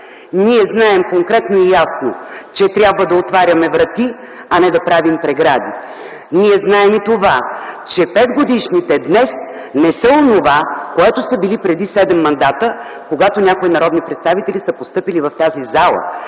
Ние знаем конкретно и ясно, че трябва да отворим врати, не да правим прегради. Ние знаем и това, че 5-годишните днес не са онова, което са били преди седем мандата, когато някои народни представители са постъпили в тази зала.